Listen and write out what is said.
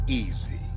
easy